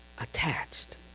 attached